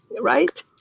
right